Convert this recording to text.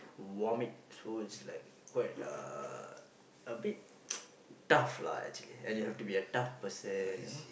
vomit so it's like quite uh a bit tough lah actually and you have to be a tough person you know